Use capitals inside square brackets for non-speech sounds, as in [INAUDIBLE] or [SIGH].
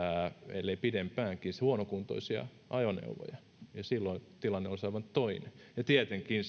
ellei pidempäänkin huonokuntoisia ajoneuvoja ja silloin tilanne olisi aivan toinen tietenkin [UNINTELLIGIBLE]